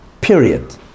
Period